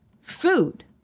food